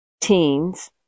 Teens